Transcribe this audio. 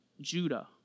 Judah